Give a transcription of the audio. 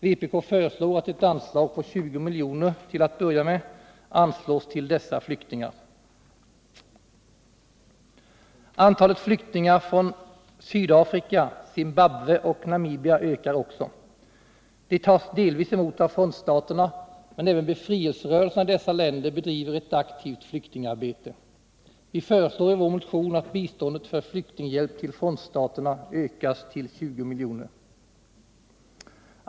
Vpk föreslår att ett anslag på till att börja med 20 miljoner beviljas till dessa flyktingar. Antalet flyktingar från Sydafrika, Zimbabwe och Namibia ökar också. De tas delvis emot av frontstaterna, men även befrielserörelserna i dessa länder bedriver ett aktivt flyktingarbete. Vi föreslår i vår motion att biståndet för flyktinghjälp till frontstaterna ökas till 20 miljoner.